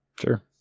Sure